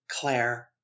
Claire